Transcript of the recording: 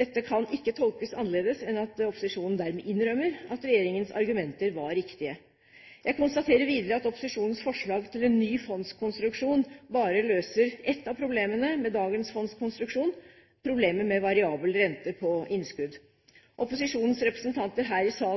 Dette kan ikke tolkes annerledes enn at opposisjonen dermed innrømmer at regjeringens argumenter var riktige. Jeg konstaterer videre at opposisjonens forslag til en ny fondskonstruksjon bare løser ett av problemene med dagens fondskonstruksjon – problemet med variabel rente på innskudd. Opposisjonens representanter her i salen